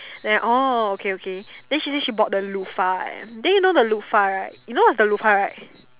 then I oh okay okay then she say she bought the loofah eh then you know the loofah right you know what's the loofah right